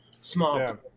small